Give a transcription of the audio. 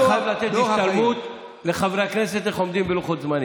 אתה חייב לתת השתלמות לחברי הכנסת איך עומדים בלוחות זמנים.